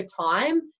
time